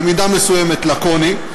במידה מסוימת לקוני,